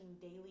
daily